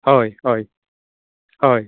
हय हय हय